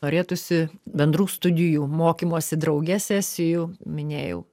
norėtųsi bendrų studijų mokymosi drauge sesijų minėjau